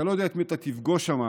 אתה לא יודע את מי תפגוש שם,